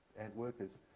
ant workers,